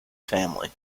family